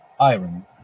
Iron